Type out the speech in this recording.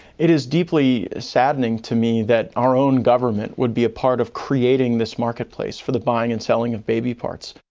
it is deeply saddening to me that our own government would be a part of creating this marketplace for the buying and selling of baby parts.